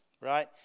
Right